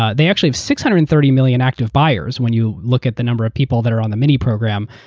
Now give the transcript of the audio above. ah they actually have six hundred and thirty million active buyers when you look at the number of people that are on the mini program.